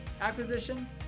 acquisition